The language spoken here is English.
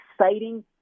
exciting